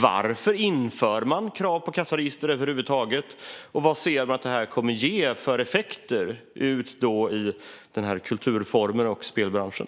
Varför inför man över huvud taget krav på kassaregister? Vad ser man att detta kommer att ha för effekter för den här kulturformen och spelbranschen?